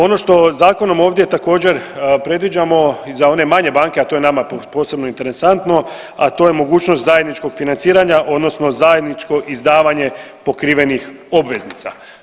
Ono što zakonom ovdje također predviđamo za one manje banke, a to je nama posebno interesantno, a to je mogućnost zajedničkog financiranja odnosno zajedničko izdavanje pokrivenih obveznica.